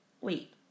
Wait